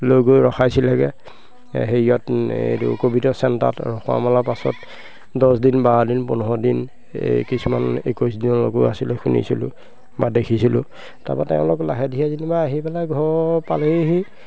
লৈ গৈ ৰখাইছিলগৈ হেৰিয়ত এইটো ক'ভিডৰ চেণ্টাৰত ৰখোৱা মেলা পাছত দছদিন বাৰদিন পোন্ধৰ দিন এই কিছুমান একৈছ দিনৰ লৈকেও আছিলে শুনিছিলোঁ বা দেখিছিলোঁ তাৰপৰা তেওঁলোক লাহে ধীৰে যেনিবা আহি পেলাই ঘৰ পালেহি